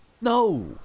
no